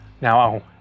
Now